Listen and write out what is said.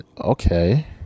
okay